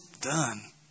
done